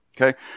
Okay